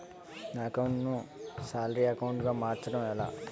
నా అకౌంట్ ను salary account గా మార్చటం ఎలా?